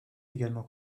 également